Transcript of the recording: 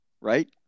Right